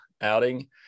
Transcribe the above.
outing